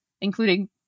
including